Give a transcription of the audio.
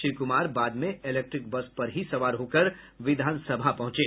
श्री कुमार बाद में electric bus पर ही सवार होकर विधानसभा पहुंचे